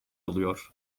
alıyor